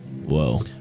Whoa